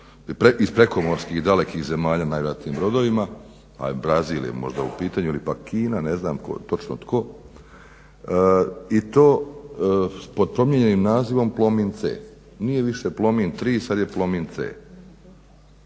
iz prekomorskih dalekih zemalja, najvjerojatnije brodovima, a Brazil je možda u pitanju ili pak Kina ne znam točno tko i to pod promijenjenim nazivom Plomin C. Nije više Plomin 3 sad je Plomin C.